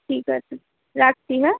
ঠিক আছে রাখছি হ্যাঁ